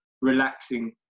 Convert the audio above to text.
relaxing